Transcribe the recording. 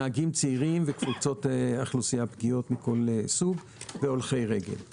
נהגים צעירים וקבוצות אוכלוסייה פגיעות מכל סוג והולכי רגל.